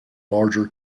larger